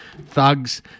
thugs